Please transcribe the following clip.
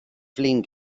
flin